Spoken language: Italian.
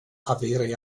avere